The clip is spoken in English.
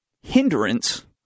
hindrance